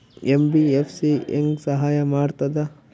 MBFC ಹೆಂಗ್ ಸಹಾಯ ಮಾಡ್ತದ?